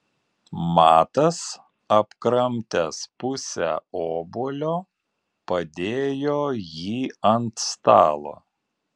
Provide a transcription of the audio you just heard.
matas apkramtęs pusę obuolio padėjo jį ant stalo